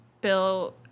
Bill